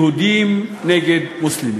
יהודים נגד מוסלמים.